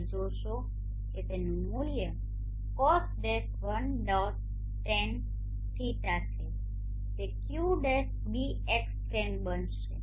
તમે જોશો કે તેનું મૂલ્ય Cos 1 tan tan ϕ છે તે ϕ - ß x tan બનશે